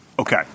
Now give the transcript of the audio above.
Okay